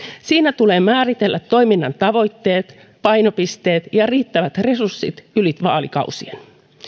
siinä tulee määritellä toiminnan tavoitteet painopisteet ja riittävät resurssit yli vaalikausien